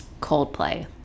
Coldplay